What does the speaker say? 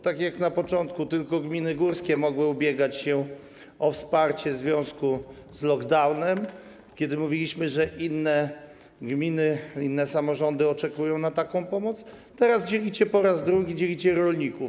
Tak jak na początku tylko gminy górskie mogły ubiegać się o wsparcie w związku z lockdownem, chociaż mówiliśmy, że inne gminy, inne samorządy również oczekują na taką pomoc, tak teraz dzielicie po raz drugi, dzielicie rolników.